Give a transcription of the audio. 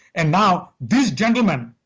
and now this gentleman,